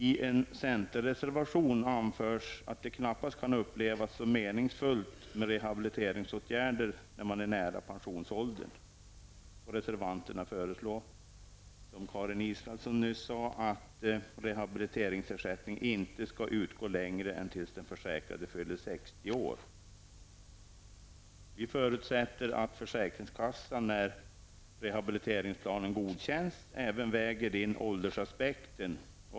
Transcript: I en centerreservation anförs att det knappast kan upplevas som meningsfullt med rehabiliteringsåtgärder när man är nära pensionsåldern. Reservanterna föreslår -- som Karin Israelsson nyss sade -- att rehabiliteringsersättning inte skall utgå längre än tills den försäkrade fyller 60 år. Vi förutsätter att försäkringskassan även väger in åldersaspekten när rehabiliteringsplanen godkänns.